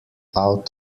out